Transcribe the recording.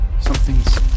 Something's